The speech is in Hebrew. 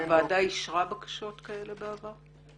--- הוועדה אישרה בקשות כאלה בעבר?